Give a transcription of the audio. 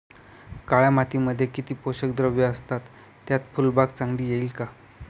काळ्या मातीमध्ये किती पोषक द्रव्ये असतात, त्यात फुलबाग चांगली येईल का?